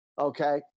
okay